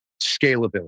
scalability